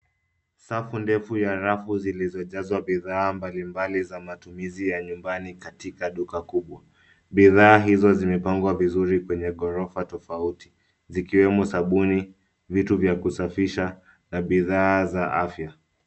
Safu ndefu ya rafu zilizojazwa bidhaa mbali mbali za matumizi ya nyumbani katika duka kubwa. Bidhaa hizo zimepangwa vizuri kwenye ghorofa tofauti, zikiwemo sabuni, vitu vya kusafisha, na bidhaa za afya.